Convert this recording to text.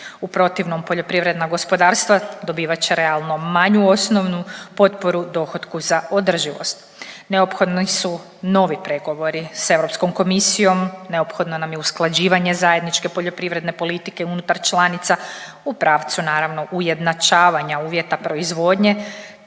U protivnom poljoprivredna gospodarstva dobivat će realno manju osnovnu potporu dohotku za održivost. Neophodni su novi pregovori s Europskom komisijom, neophodno nam je usklađivanje zajedničke poljoprivredne politike unutar članica u pravcu naravno ujednačavanja uvjeta proizvodnje